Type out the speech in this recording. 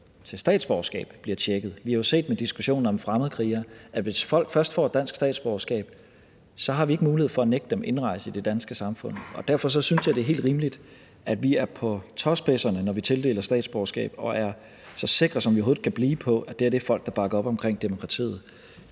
til statsborgerskab bliver tjekket. Vi har jo set med diskussionen om fremmedkrigere, at hvis folk først får dansk statsborgerskab, har vi ikke mulighed for at nægte dem indrejse i det danske samfund. Og derfor synes jeg, det er helt rimeligt, at vi er på tåspidserne, når vi tildeler statsborgerskab, og er så sikre, som vi overhovedet kan blive på, at det her er folk, der bakker op omkring demokratiet.